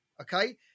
Okay